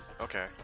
Okay